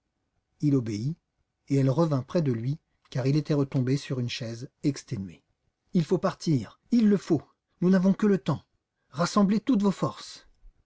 il obéit et elle revint près de lui car il était retombé sur une chaise exténué il faut partir il le faut nous n'avons que le temps rassemblez toutes vos forces